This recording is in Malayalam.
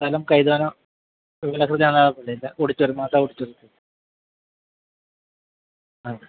സ്ഥലം കൈതാനം ഓഡിറ്റോറിയം മാതാ ഓഡിറ്റോറിയം അ